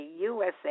USA